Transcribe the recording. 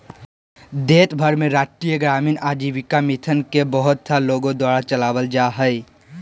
देश भर में राष्ट्रीय ग्रामीण आजीविका मिशन के बहुत सा लोग के द्वारा चलावल जा हइ